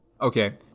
Okay